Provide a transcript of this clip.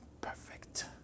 perfect